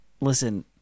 listen